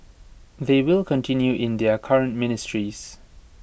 they will continue in their current ministries